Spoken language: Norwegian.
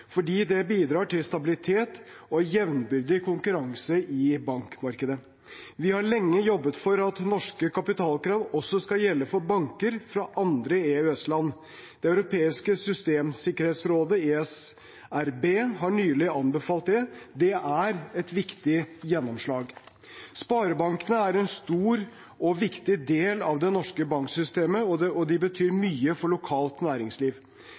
fordi det bidrar til stabilitet og jevnbyrdig konkurranse i bankmarkedet. Vi har lenge jobbet for at norske kapitalkrav også skal gjelde for banker fra andre EØS-land. Det europeiske systemsikkerhetsrådet, ESRB, har nylig anbefalt det. Det er et viktig gjennomslag. Sparebankene er en stor og viktig del av det norske banksystemet, og de betyr mye for lokalt næringsliv.